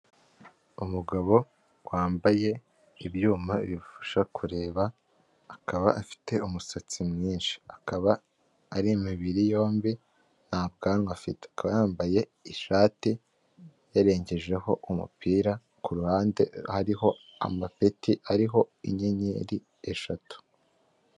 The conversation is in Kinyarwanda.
Umugabo wambaye ibyuma bifasha kureba akaba afite umusatsi mwinshi, akaba ari imibiri yombi nta bwanwa afite, akaba yambaye ishati yarengejeho umupira, ku ruhande hariho amapeti ariho inyenyeri eshatu.